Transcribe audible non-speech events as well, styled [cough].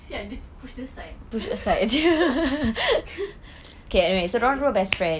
kesian kena pushed aside [laughs] okay okay